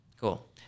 Cool